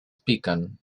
piquen